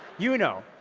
you know,